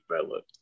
develop